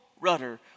rudder